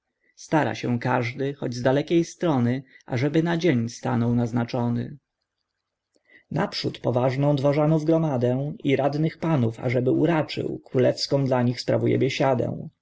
stara się każdy choć z dalekiej strony ażeby na dzień stanął naznaczony najprzód poważną dworzanów gromadę i radnych panów ażeby uraczył królewską dla nich sprawuje